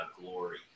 glory